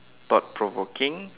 thought provoking